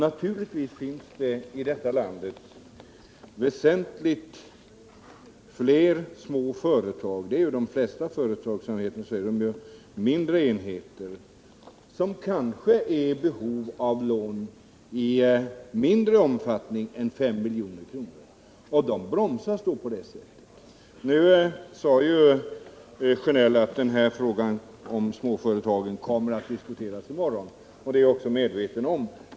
De flesta företag i detta land är ju mindre enheter, och många av dem är kanske i behov av lån som inte uppgår till 5 milj.kr. De bromsas alltså. Nu sade Bengt Sjönell att småföretagens situation kommer att diskuteras i morgon, vilket jag också är medveten om.